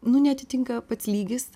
nu neatitinka pats lygis